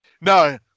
No